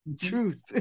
truth